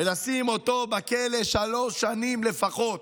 ולשים אותו בכלא לשלוש שנים לפחות?